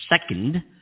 second